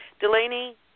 Delaney